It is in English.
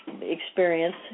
experience